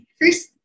first